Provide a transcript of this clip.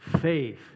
faith